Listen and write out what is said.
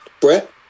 Brett